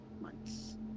months